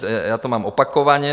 já to mám opakovaně.